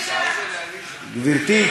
גברתי,